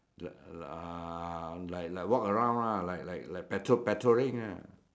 uh like like walk around lah like like like patrol patrolling ah